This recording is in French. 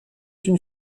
une